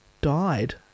died